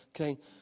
Okay